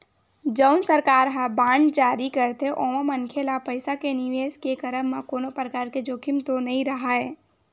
जउन सरकार ह बांड जारी करथे ओमा मनखे ल पइसा के निवेस के करब म कोनो परकार के जोखिम तो नइ राहय